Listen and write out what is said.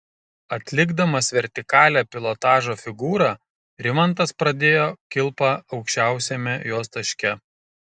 atlikdamas vertikalią pilotažo figūrą rimantas pradėjo kilpą aukščiausiame jos taške